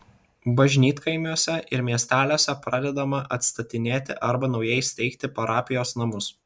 bažnytkaimiuose ir miesteliuose pradedama atstatinėti arba naujai steigti parapijos namus